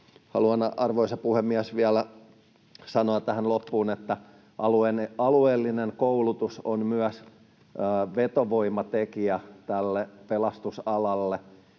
Haluan, arvoisa puhemies, vielä sanoa tähän loppuun, että alueellinen koulutus on myös vetovoimatekijä pelastusalalle.